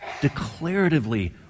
declaratively